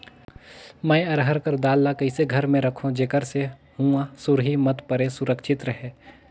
मैं अरहर कर दाल ला कइसे घर मे रखों जेकर से हुंआ सुरही मत परे सुरक्षित रहे?